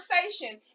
conversation